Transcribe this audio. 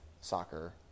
soccer